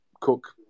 Cook